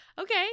Okay